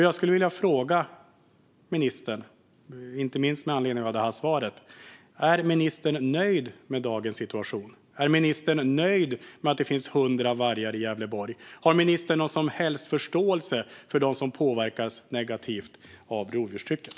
Jag skulle, inte minst med anledning av detta interpellationssvar, vilja fråga ministern: Är ministern nöjd med dagens situation? Är ministern nöjd med att det finns 100 vargar i Gävleborg? Har ministern någon som helst förståelse för dem som påverkas negativt av rovdjurstrycket?